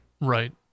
Right